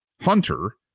Hunter